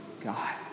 God